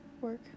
work